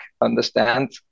understand